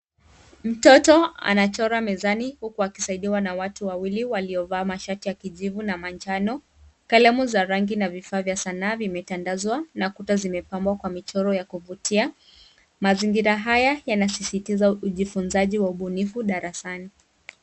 Mtoto anachora mezani huku akisaidiwa na watu wawili waliovaa mashati ya kijivu na manjano. Kalamu za rangi na vifaa vya sanaa vimetandazwa na kuta zimepambwa kwa michoro ya kuvutia. Mazingira haya yanasisitiza ujifunzaji wa ubunifu darasani.